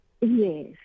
Yes